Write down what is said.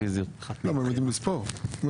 אדוני היושב ראש, רק